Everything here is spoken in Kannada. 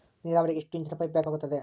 ನೇರಾವರಿಗೆ ಎಷ್ಟು ಇಂಚಿನ ಪೈಪ್ ಬೇಕಾಗುತ್ತದೆ?